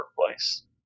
workplace